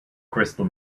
crystal